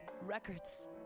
Records